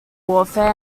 warfare